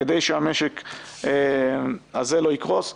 כדי שהמשק הזה לא יקרוס.